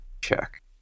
Check